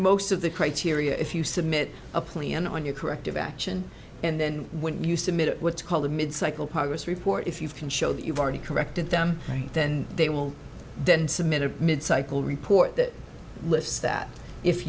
most of the criteria if you submit a plan on your corrective action and then when you submit it what's called a mid cycle progress report if you can show that you've already corrected them then they will then submit a mid cycle report that lists that if